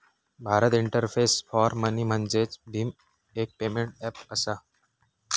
Bharat interface for money म्हणजेच भीम, एक पेमेंट ऐप असा